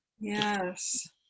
Yes